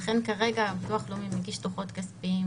לכן כרגע ביטוח לאומי מגיש דוחות כספיים